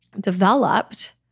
developed